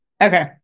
Okay